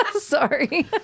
Sorry